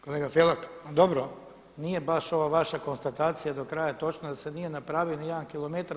Kolega Felak, dobro nije baš ova vaša konstatacija do kraja točna da se nije napravio nijedan kilometar.